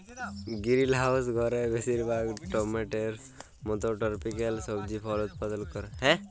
greenhouse ঘরে বেশিরভাগ টমেটোর মত টরপিক্যাল সবজি ফল উৎপাদল ক্যরা